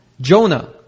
Jonah